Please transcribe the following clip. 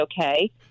okay